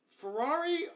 Ferrari